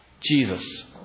jesus